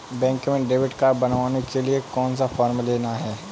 Bank में debit card बनवाने के लिए कौन सा फॉर्म लेना है?